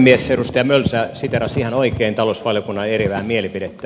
edustaja mölsä siteerasi ihan oikein talousvaliokunnan eriävää mielipidettä